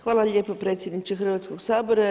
Hvala lijepo predsjedniče Hrvatskoga sabora.